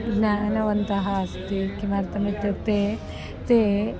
ज्ञानवन्तः अस्ति किमर्थमित्युक्ते ते